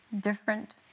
Different